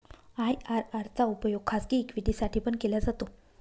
IRR चा उपयोग खाजगी इक्विटी साठी पण केला जातो